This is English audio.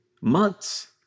Months